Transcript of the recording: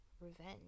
revenge